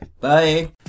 bye